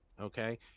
okay